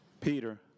Peter